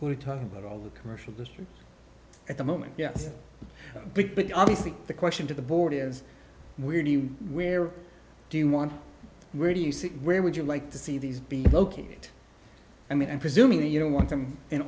we're talking about all the commercial districts at the moment yes big big obviously the question to the board is where do you where do you want where do you see where would you like to see these be located i mean i'm presuming that you don't want them in